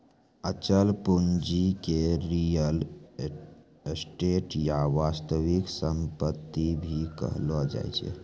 अचल पूंजी के रीयल एस्टेट या वास्तविक सम्पत्ति भी कहलो जाय छै